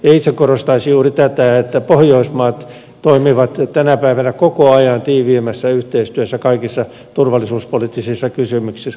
itse korostaisin juuri tätä että pohjoismaat toimivat tänä päivänä koko ajan tiiviimmässä yhteistyössä kaikissa turvallisuuspoliittisissa kysymyksissä